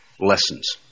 lessons